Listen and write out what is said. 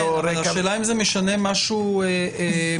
אבל השאלה אם זה משנה משהו מהותי.